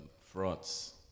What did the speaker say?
France